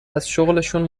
ازشغلشون